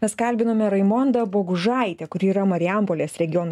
mes kalbinome raimondą bogužaitę kuri yra marijampolės regiono